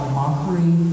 mockery